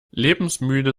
lebensmüde